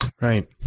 Right